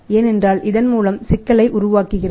ஏனென்றால் இதன் மூலம் சிக்கலை உருவாக்குகிறார்